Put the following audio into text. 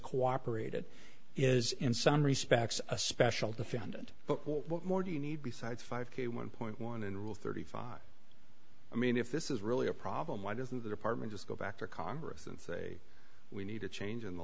cooperated is in some respects a special defendant but what more do you need besides five k one point one and rule thirty five i mean if this is really a problem why doesn't the department just go back to congress and say we need a change in the